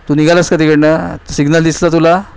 तू निघाला आहेस का तिकडून सिग्नल दिसला तुला